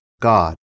God